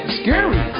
scary